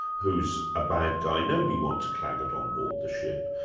who's a bad guy, nobody wants claggart on board the ship.